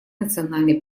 национальной